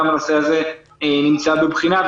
גם הנושא הזה נמצא בבחינה,